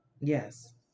Yes